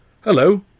Hello